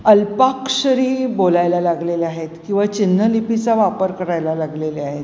अल्पाक्षरी बोलायला लागलेले आहेत किंवा चिन्हलिपीचा वापर करायला लागलेले आहेत